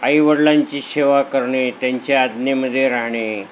आईवडिलांची सेवा करणे त्यांच्या आज्ञेमध्ये राहणे